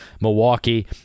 Milwaukee